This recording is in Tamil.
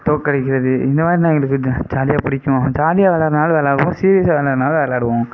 தோக்கடிக்கிறது இந்த மாதிரினா எங்களுக்கு ஜாலியாக பிடிக்கும் ஜாலியாக விளாட்றதுனாலும் விளாடுவோம் சீரியஸாக விளாட்றதுனாலும் விளாடுவோம்